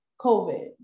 COVID